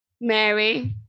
Mary